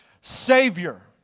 Savior